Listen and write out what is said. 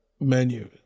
menu